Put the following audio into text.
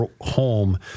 home